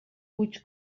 fuig